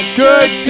good